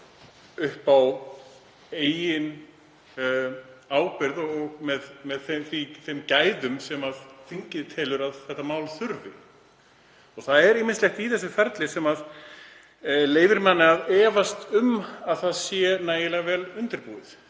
á eigin ábyrgð og með þeim gæðum sem þingið telur að málið þurfi. Það er ýmislegt í þessu ferli sem leyfir manni að efast um að málið sé nægilega vel undirbúið.